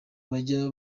bajya